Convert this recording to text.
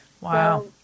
Wow